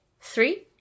three